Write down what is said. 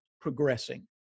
progressing